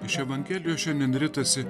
iš evangelijos šiandien ritasi